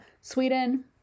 Sweden